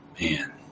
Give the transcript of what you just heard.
Man